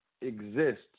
exists